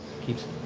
Keeps